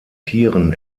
tieren